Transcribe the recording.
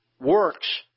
works